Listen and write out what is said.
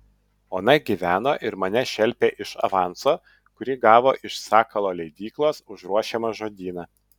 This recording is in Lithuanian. ona gyveno ir mane šelpė iš avanso kurį gavo iš sakalo leidyklos už ruošiamą žodyną